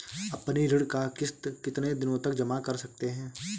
अपनी ऋण का किश्त कितनी दिनों तक जमा कर सकते हैं?